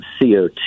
CO2